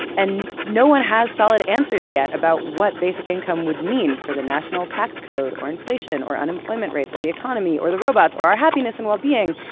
and no one has solid answers yet about what basic income would mean for the national tax code, or inflation, or unemployment rates, or the economy, or the robots, or our happiness and well-being.